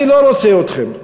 אני לא רוצה אתכם.